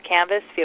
Canvas